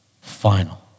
final